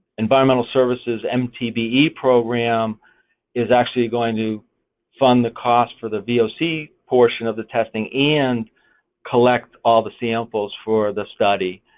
environmental services mtbe program is actually going to fund the cost for the voc portion of the testing and collect all the samples for the study.